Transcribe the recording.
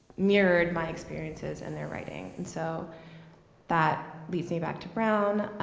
mirrored my experiences in their writing. and so that leads me back to brown.